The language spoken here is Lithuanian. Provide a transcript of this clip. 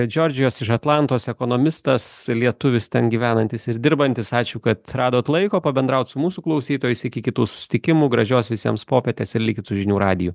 džordžijos iš atlantos ekonomistas lietuvis ten gyvenantis ir dirbantis ačiū kad radot laiko pabendraut su mūsų klausytojais iki kitų susitikimų gražios visiems popietės ir likit su žinių radiju